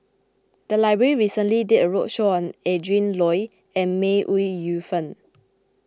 the library recently did a roadshow on Adrin Loi and May Ooi Yu Fen